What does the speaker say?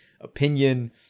opinion